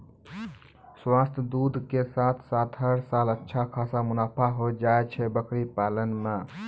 स्वस्थ दूध के साथॅ साथॅ हर साल अच्छा खासा मुनाफा होय जाय छै बकरी पालन मॅ